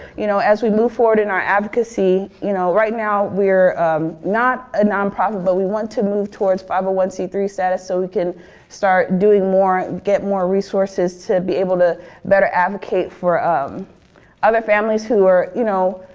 you know, as we move forward in our advocacy you know, right now, we're not a nonprofit but we want to move towards five hundred and one c three status so we can start doing more get more resources to be able to better advocate for um other families who are you know,